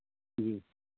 जी